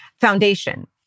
foundation